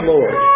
Lord